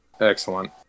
Excellent